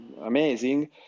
amazing